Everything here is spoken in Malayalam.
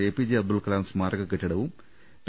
എ പി ജെ അബ്ദുൾകലാം സ്മാരക കെട്ടിടവും പി